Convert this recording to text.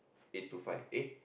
eight to five eh